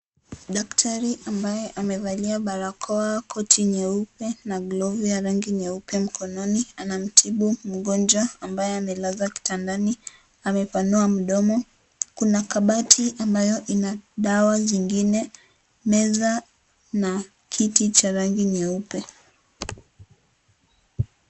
Daktari ambaye amevalia barakoa koti nyeupe na glavu ya rangi nyeupe mkononi anamtibu mgonjwa ambaye amelazwa kitandani amepanua mdomo kuna kabati ambayo ina dawa zingine meza na kiti cha rangi nyeupe.